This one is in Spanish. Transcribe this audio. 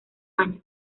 años